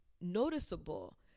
noticeable